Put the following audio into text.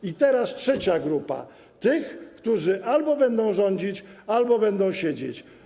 I teraz trzecia grupa: tych, którzy albo będą rządzić, albo będą siedzieć.